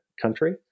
country